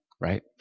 right